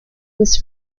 was